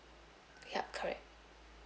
ya correct